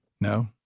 No